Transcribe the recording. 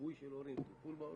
ליווי של הורים, טיפול בהורים?